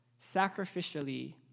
sacrificially